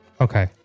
okay